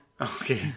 Okay